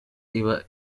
iba